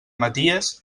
maties